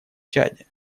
чаде